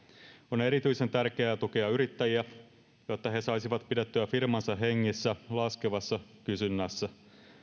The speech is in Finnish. on erityisen tärkeä tukea yrittäjiä jotta he saisivat pidettyä firmansa hengissä laskevassa kysynnässä